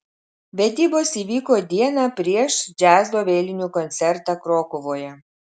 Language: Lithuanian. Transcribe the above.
vedybos įvyko dieną prieš džiazo vėlinių koncertą krokuvoje